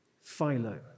philo